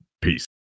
peace